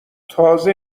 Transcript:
تازه